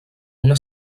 una